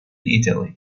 italy